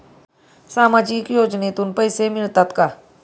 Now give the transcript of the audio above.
सामाजिक योजनेतून पैसे मिळतात का?